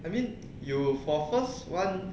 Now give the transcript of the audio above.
I mean you for first one